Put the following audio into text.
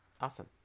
Awesome